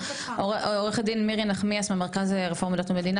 עורכת דין מירי נחמיאס ממרכז רפורמה דת ומדינה,